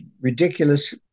ridiculous